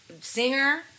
singer